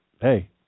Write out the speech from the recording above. hey